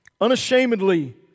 Unashamedly